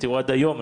ותראו עד היום,